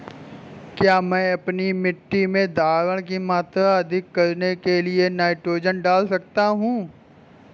क्या मैं अपनी मिट्टी में धारण की मात्रा अधिक करने के लिए नाइट्रोजन डाल सकता हूँ?